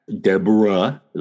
deborah